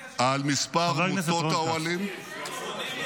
על מספר קבוצות האוהלים -- מה זה קשור עכשיו?